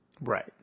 Right